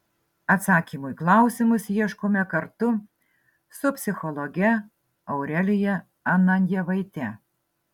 atsakymų į klausimus ieškome kartu su psichologe aurelija ananjevaite